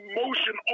motion